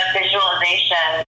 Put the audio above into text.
visualization